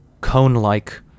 cone-like